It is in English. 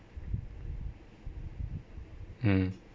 mm